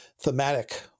thematic